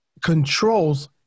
controls